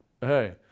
hey